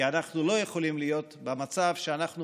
כי אנחנו לא יכולים להיות במצב שאנחנו